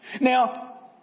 Now